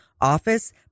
office